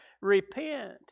repent